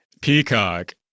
Peacock